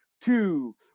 two